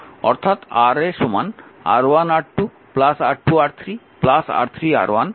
অর্থাৎ Ra R1R2 R2R3 R3R1 R1